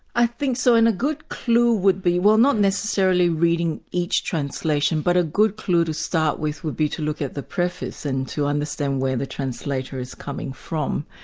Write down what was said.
i think so. and a good clue would be, well not necessarily reading each translation, but a good clue to start with would be to look at the preface and to understand where the translator is coming from.